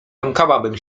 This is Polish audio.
lękałabym